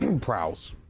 prowls